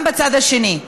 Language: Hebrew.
גם בצד השני.